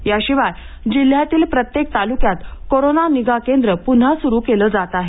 याशिवाय जिल्ह्यातील प्रत्येक तालुक्यात कोरोना निगा केंद्र पुन्हा सुरु केले जात आहे